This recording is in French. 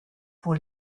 pour